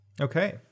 Okay